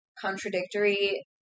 contradictory